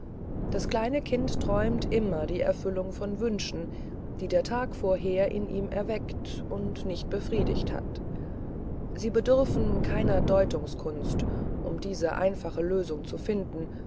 das kleine kind träumt immer die erfüllung von wünschen die der tag vorher in ihm erweckt und nicht befriedigt hat sie bedürfen keiner deutungskunst um diese einfache lösung zu finden